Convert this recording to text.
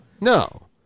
No